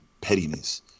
pettiness